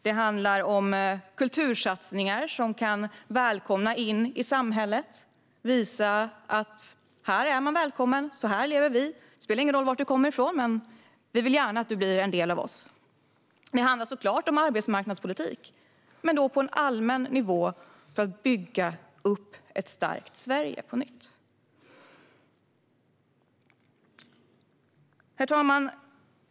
Det handlar om kultursatsningar som välkomnar personer in i samhället, som visar att man är välkommen och som visar hur vi lever. Det spelar ingen roll var du kommer ifrån, men vi vill gärna att du blir en av oss. Det handlar såklart om arbetsmarknadspolitik men på en allmän nivå för att på nytt bygga upp ett starkt Sverige. Herr talman!